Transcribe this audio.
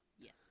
Yes